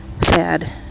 sad